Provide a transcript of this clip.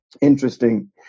interesting